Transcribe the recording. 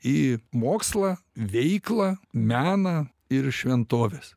į mokslą veiklą meną ir šventoves